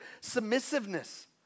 submissiveness